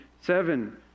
seven